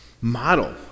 model